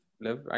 live